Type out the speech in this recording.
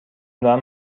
دارم